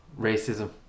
Racism